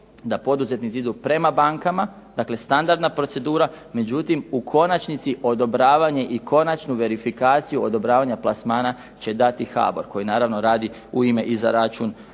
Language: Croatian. da poduzetnici idu prema bankama, dakle standardna procedura, međutim u konačnici odobravanje i konačnu verifikaciju odobravanja plasmana će dati HBOR, koji naravno radi u ime i za račun